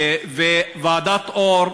ועדת אור,